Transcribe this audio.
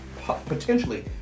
potentially